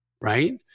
Right